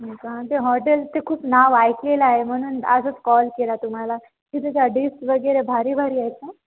का ते हॉटेल ते खूप नाव ऐकलेलं आहे म्हणून आजच कॉल केला तुम्हाला की त्याच्या डिश वगैरे भारी भारी आहे का